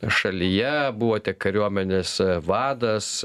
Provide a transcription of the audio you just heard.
šalyje buvote kariuomenės vadas